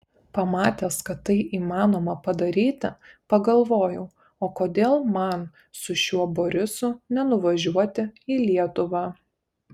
pamatęs kad tai įmanoma padaryti pagalvojau o kodėl man su šiuo borisu nenuvažiuoti į lietuvą